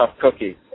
cookie